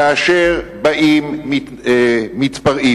כאשר באים מתפרעים,